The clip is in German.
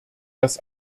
dass